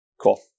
Cool